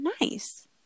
nice